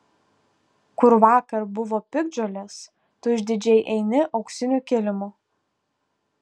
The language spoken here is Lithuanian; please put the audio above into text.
kur vakar buvo piktžolės tu išdidžiai eini auksiniu kilimu